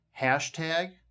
hashtag